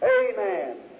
Amen